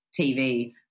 TV